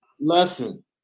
lesson